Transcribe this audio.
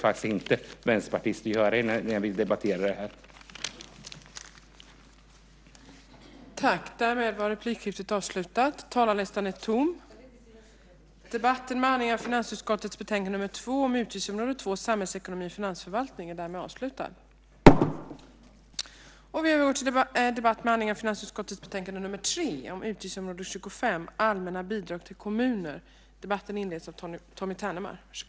Det brukar vänsterpartister inte göra när vi debatterar sådana här frågor.